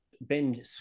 Ben